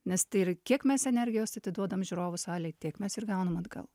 nes tai yra kiek mes energijos atiduodam žiūrovų salėj tiek mes ir gaunam atgal